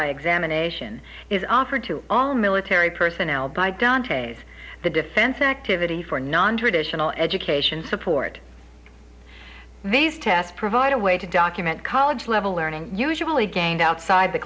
by examination is offered to all military personnel by dantes the defense activity for nontraditional education support these tests provide a way to document college level learning usually gained outside the